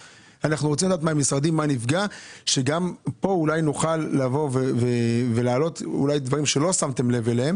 כדי שאולי גם פה נוכל להעלות דברים שלא שמתם לב אליהם